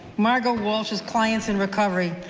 margo walsh's clients in recovery,